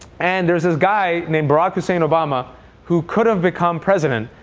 and there's a guy named barack hussein obama who could have become president.